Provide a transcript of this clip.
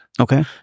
Okay